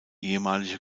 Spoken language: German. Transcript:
ehemalige